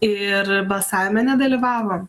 ir balsavime nedalyvavom